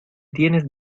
tienes